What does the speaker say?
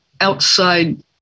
outside